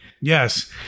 Yes